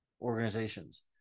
organizations